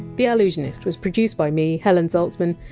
the allusionist was produced by me, helen zaltzman,